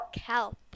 help